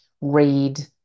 read